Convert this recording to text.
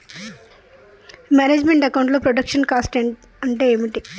Manage meant account లో production cost అంటే ఏమిటి?